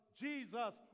Jesus